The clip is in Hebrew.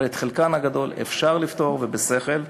אבל את חלקן הגדול אפשר לפתור, ובשכל.